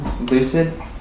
Lucid